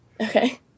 Okay